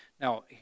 Now